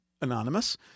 Anonymous